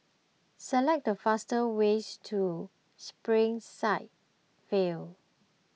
select the fastest ways to Springside View